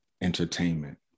entertainment